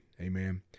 Amen